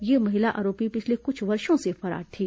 यह महिला आरोपी पिछले कुछ वर्षो से फरार थी